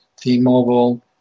T-Mobile